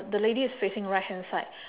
the lady is facing right hand side